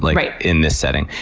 like in this setting.